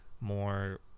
more